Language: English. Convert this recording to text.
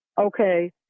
Okay